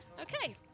Okay